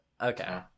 Okay